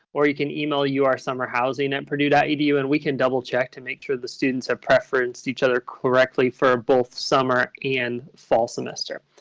or you can email your summer housing at purdue dot edu and we can double-check to make sure the students have preferenced each other correctly for both summer and small semester.